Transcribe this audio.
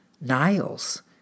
Niles